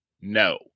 no